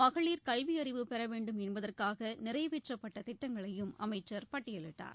மகளிர் கல்வி அறிவு பெற வேண்டும் என்பதற்காக நிறைவேற்றப்பட்ட திட்டங்களையும் அமைச்சர் பட்டயலிட்டார்